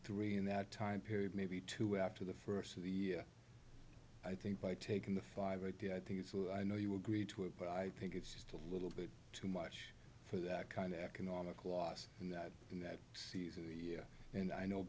three in that time period maybe two after the first of the i think by taking the five at the i think i know you agree to it but i think it's just a little bit too much for that kind of economic loss in that in that season and i know